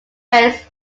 based